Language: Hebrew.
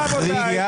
סליחה, רבותיי.